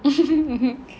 mm mm